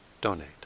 donate